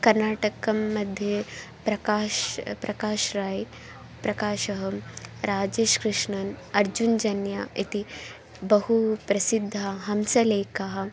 कर्नाटकं मध्ये प्रकाशः प्रकाशः राय् प्रकाशः राजेशकृष्णन् अर्जुनजन्य इति बहु प्रसिद्धाः हंसलेखः